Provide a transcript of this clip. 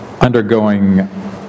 undergoing